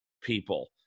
people